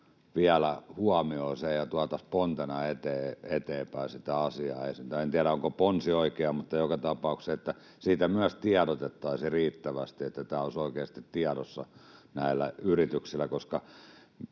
vielä huomioon se ja tuotaisiin pontena eteenpäin sitä asiaa. En tiedä, onko ponsi oikea, mutta joka tapauksessa niin, että siitä myös tiedotettaisiin riittävästi ja tämä olisi oikeasti tiedossa näillä yrityksillä.